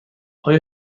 آیا